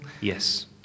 Yes